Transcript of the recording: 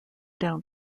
down